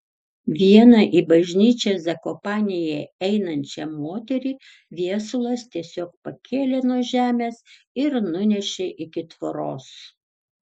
vieną į bažnyčią zakopanėje einančią moterį viesulas tiesiog pakėlė nuo žemės ir nunešė iki tvoros